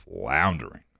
floundering